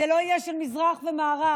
זה לא עניין של מזרח ומערב